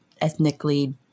ethnically